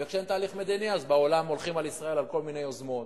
וכשאין תהליך מדיני אז בעולם הולכים על ישראל עם כל מיני יוזמות.